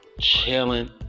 chilling